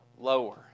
lower